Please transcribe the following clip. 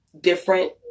different